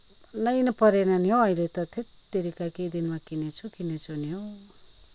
मनैपरेन नि हौ अहिले त थेत्तेरीका के दिनमा किनेछु किनेछु नि हौ